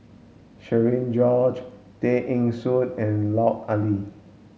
Cherian George Tay Eng Soon and Lut Ali